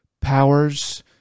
powers